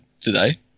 today